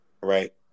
right